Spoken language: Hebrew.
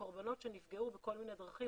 הקורבנות שנפגעו בכל מיני דרכים,